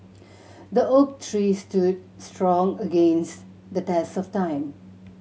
the oak tree stood strong against the test of time